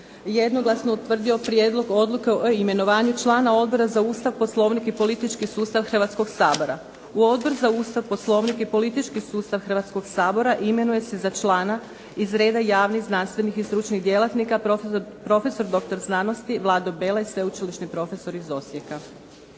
jednoglasno je utvrdio Prijedlog odluke o imenovanju člana Odbora za Ustav, Poslovnik i politički sustav Hrvatskoga sabora. U Odbor za Ustav, Poslovnik i politički sustav Hrvatskoga sabora imenuje se za člana iz reda javnih, znanstvenih i stručnih djelatnika profesor doktor znanosti Vlado Belaj sveučilišni profesor iz Osijeka.